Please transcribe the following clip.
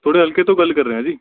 ਤੁਹਾਡੇ ਹਲਕੇ ਤੋਂ ਗੱਲ ਕਰ ਰਿਹਾ ਜੀ